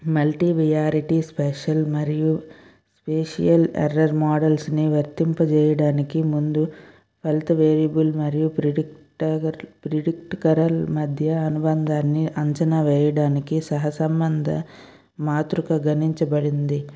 multi variety special మరియు spatial error models ని వర్తింప చేయడానికి ముందు హెల్త్ వేరియబుల్ మరియు ప్రెడిక్ట్ ప్రెడిక్టకరల్ మధ్య అనుబంధాన్ని అంచనా వేయడానికి సహసంబంధ మాతృక గణించబడింది